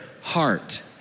heart